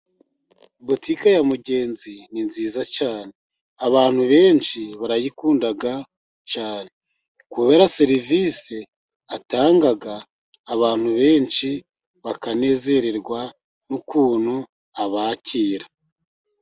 Butike ya Mugenzi ni nziza cyane abantu benshi barayikunda cyane, kubera serivisi atanga abantu benshi bakanezererwa n'ukuntu abakira.